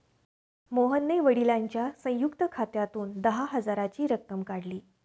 मोहनने वडिलांच्या संयुक्त खात्यातून दहा हजाराची रक्कम काढली